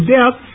death